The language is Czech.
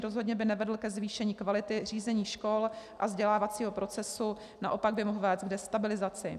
Rozhodně by nevedl ke zvýšení kvality řízení škol a vzdělávacího procesu, naopak by mohl vést k destabilizaci.